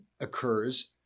occurs